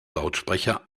lautsprecher